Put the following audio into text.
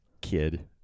kid